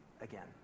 again